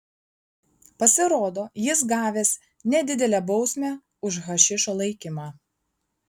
pasirodo jis gavęs nedidelę bausmę už hašišo laikymą